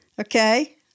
Okay